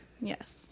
yes